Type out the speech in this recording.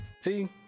see